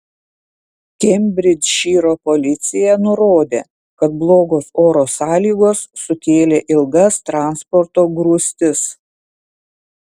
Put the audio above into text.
kembridžšyro policija nurodė kad blogos oro sąlygos sukėlė ilgas transporto grūstis